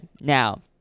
Now